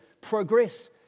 progress